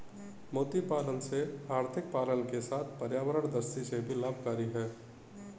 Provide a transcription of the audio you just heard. मोती पालन से आर्थिक लाभ के साथ पर्यावरण दृष्टि से भी लाभकरी है